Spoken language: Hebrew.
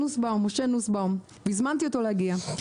משה נוסבאום, הזמנתי אותו להגיע.